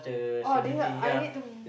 oh this one I need to